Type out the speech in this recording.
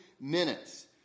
minutes